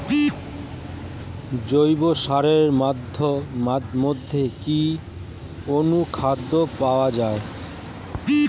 জৈব সারের মধ্যে কি অনুখাদ্য পাওয়া যায়?